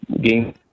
game